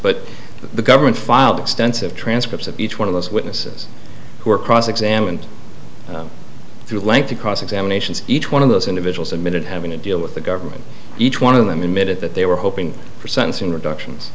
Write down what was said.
but the government filed extensive transcripts of each one of those witnesses who were cross examined through lengthy cross examinations each one of those individuals admitted having a deal with the government each one of them admitted that they were hoping for sentencing